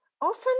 often